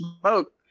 smoke